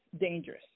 dangerous